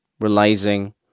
Realizing